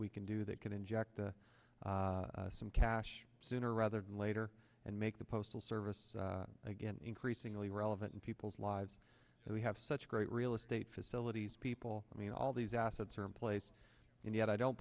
we can do that can inject some cash sooner rather than later and make the postal service again increasingly relevant in people's lives and we have such great real estate facilities people i mean all these assets are in place and yet i don't